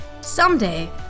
Someday